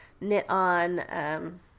knit-on